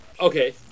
Okay